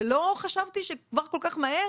ולא חשבתי שכבר כל כך מהר,